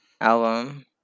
album